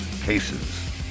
cases